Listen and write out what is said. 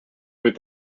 with